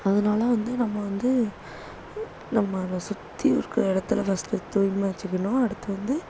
அதனால வந்து நம்ம வந்து நம்மளை சுற்றி இருக்கிற இடத்துல ஃபஸ்ட்டு தூய்மையாக வச்சுக்கணும் அடுத்து வந்து